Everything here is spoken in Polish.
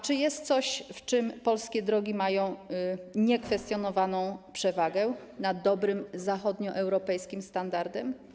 Czy jest coś, w czym polskie drogi mają niekwestionowaną przewagę nad dobrym zachodnioeuropejskim standardem?